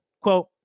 Quote